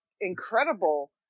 incredible